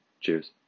Cheers